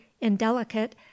indelicate